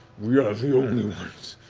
we are the only ones.